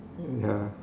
ya